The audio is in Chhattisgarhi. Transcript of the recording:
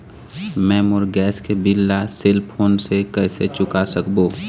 मैं मोर गैस के बिल ला सेल फोन से कइसे चुका सकबो?